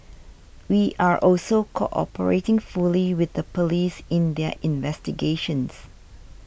we are also cooperating fully with the police in their investigations